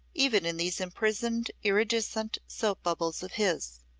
even in these imprisoned, iridescent soap bubbles of his.